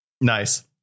nice